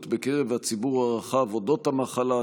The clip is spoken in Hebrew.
בקרב הציבור הרחב על אודות המחלה,